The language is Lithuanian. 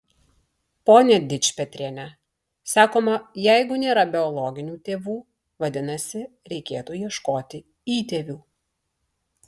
pone dičpetriene sakoma jeigu nėra biologinių tėvų vadinasi reikėtų ieškoti įtėvių